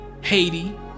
haiti